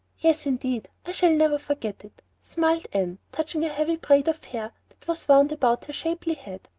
yes, indeed. i shall never forget it, smiled anne, touching the heavy braid of hair that was wound about her shapely head.